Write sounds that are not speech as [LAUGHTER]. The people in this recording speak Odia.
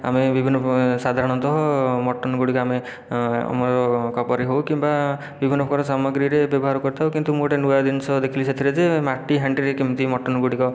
ଆମେ ବିଭିନ୍ନ ସାଧାରଣତଃ ମଟନ ଗୁଡ଼ିକ ଆମେ ଆମର [UNINTELLIGIBLE] ପରି ହେଉ କିମ୍ବା ବିଭିନ୍ନ ପ୍ରକାର ସାମଗ୍ରୀରେ ବ୍ୟବହାର କରିଥାଉ କିନ୍ତୁ ମୁଁ ଗୋଟିଏ ନୂଆ ଜିନିଷ ଦେଖିଲି ସେଥିରେ ଯେ ମାଟିହାଣ୍ଡିରେ କେମିତି ମଟନ ଗୁଡ଼ିକ